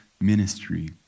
ministry